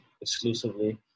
exclusively